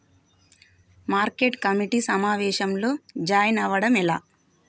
Market committee సమావేశంలో join అవ్వడం ఎలా?